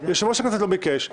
יושב-ראש הכנסת לא ביקש.